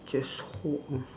just hold on